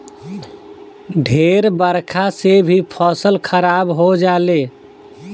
ढेर बरखा से भी फसल खराब हो जाले